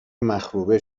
مخروبه